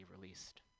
released